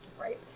Right